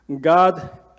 God